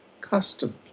custom